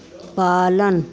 पालन